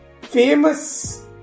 famous